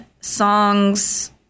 songs